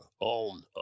own